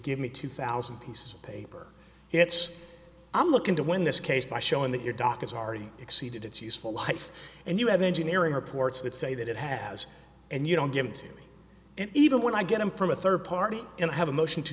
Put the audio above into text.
give me two thousand pieces of paper it's i'm looking to win this case by showing that your doc is already exceeded its useful life and you have engineering reports that say that it has and you don't give it to me and even when i get them from a third party and have a motion to